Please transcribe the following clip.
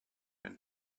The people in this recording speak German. wenn